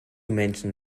mention